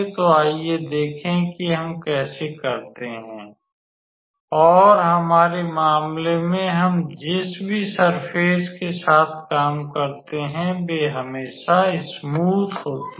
तो आइए देखें कि हम कैसे करते हैं और हमारे मामले में हम जिस भी सर्फ़ेस के साथ काम करते हैं वे हमेशा स्मूथ होती हैं